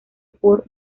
por